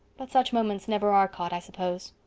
but such moments never are caught, i suppose.